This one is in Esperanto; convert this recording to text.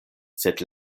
sed